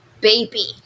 baby